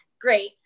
great